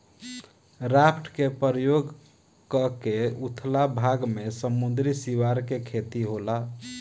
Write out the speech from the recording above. raft के प्रयोग क के उथला भाग में समुंद्री सिवार के खेती होला